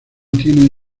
tienen